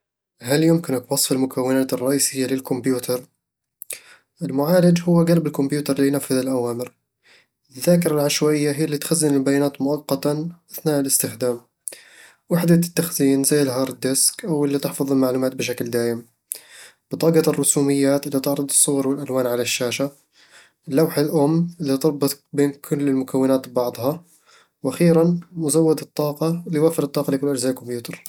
هل يمكنك وصف المكونات الرئيسية للكمبيوتر؟ المعالج هو قلب الكمبيوتر اللي ينفذ الأوامر الذاكرة العشوائية اللي تخزن البيانات مؤقتًا أثناء الاستخدام وحدة التخزين زي الهارد ديسك أو اللي تحفظ المعلومات بشكل دائم بطاقة الرسوميات اللي تعرض الصور والألوان على الشاشة لوحة الأم اللي تربط بين كل المكونات ببعضها وأخيرًا، مزود الطاقة اللي يوفر الطاقة لكل أجزاء الكمبيوتر